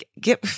get